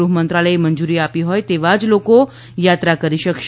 ગૃહ મંત્રાલયે મંજૂરી આપી હોય તેવા જ લોકો જ યાત્રા કરી શકશે